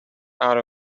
out